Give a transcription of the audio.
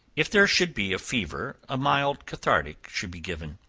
if there should be fever, a mild cathartic should be given.